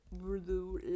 blue